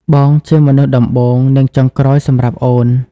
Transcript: បងជាមនុស្សដំបូង និងចុងក្រោយសម្រាប់អូន។